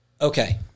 Okay